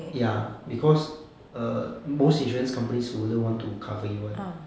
ya because err most insurance companies wouldn't want to cover you [one]